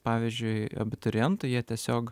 pavyzdžiui abiturientų jie tiesiog